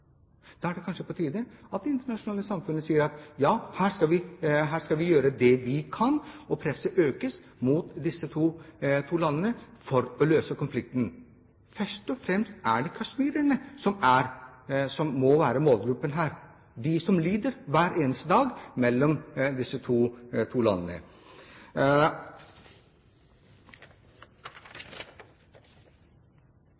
Da er det kanskje på tide at det internasjonale samfunnet sier at ja, her skal vi gjøre det vi kan, og at presset mot disse to landene økes for å løse konflikten. Først og fremst er det kasjmirerne som må være målgruppen her, de som lider hver eneste dag i disse to landene.